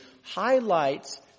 highlights